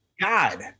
God